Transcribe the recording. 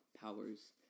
powers